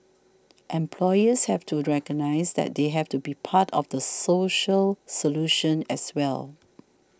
employers have to recognise that they have to be part of the social solution as well